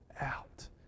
out